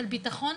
של ביטחון.